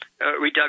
reduction